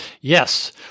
Yes